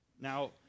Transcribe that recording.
Now